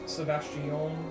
Sebastian